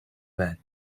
байна